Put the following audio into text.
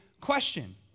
question